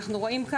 אנחנו רואים,